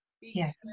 yes